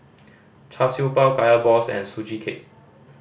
Char Siew Bao Kaya balls and Sugee Cake